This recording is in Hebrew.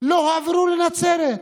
לא הועברו לנצרת.